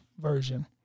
version